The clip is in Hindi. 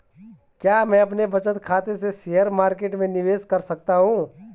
क्या मैं अपने बचत खाते से शेयर मार्केट में निवेश कर सकता हूँ?